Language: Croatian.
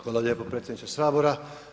Hvala lijepo predsjedniče Sabora.